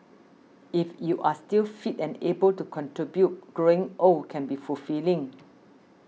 if you're still fit and able to contribute growing old can be fulfilling